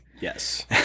Yes